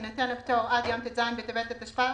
יינתן הפטור עד יום ט"ז בטבת התשפ"א